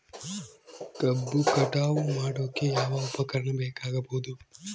ಕಬ್ಬು ಕಟಾವು ಮಾಡೋಕೆ ಯಾವ ಉಪಕರಣ ಬೇಕಾಗಬಹುದು?